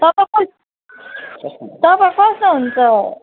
तपाईँ कस तपाईँ कस्तो हुनु हुन्छ